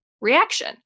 reaction